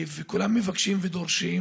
וכולם מבקשים ודורשים